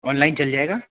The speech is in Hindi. ऑनलाइन चल जाएगा